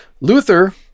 Luther